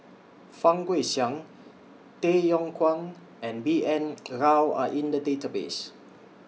Fang Guixiang Tay Yong Kwang and B N Rao Are in The Database